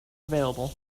available